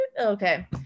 Okay